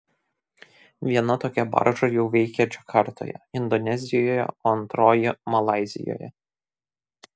viena tokia barža jau veikia džakartoje indonezijoje o antroji malaizijoje